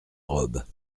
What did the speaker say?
robes